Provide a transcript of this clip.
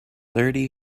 thirty